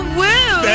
woo